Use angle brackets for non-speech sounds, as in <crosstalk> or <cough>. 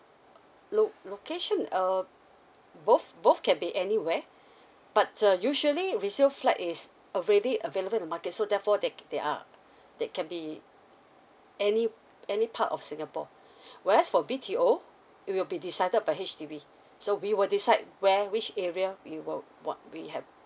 lo~ location err both both can be anywhere but uh usually resale flat is already available in the market so therefore they they are they can be any any part of singapore <breath> where's for B_T_O it will be decided by H_D_B so we will decide where which area we will what we have